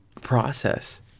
process